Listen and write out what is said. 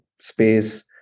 space